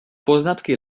poznatky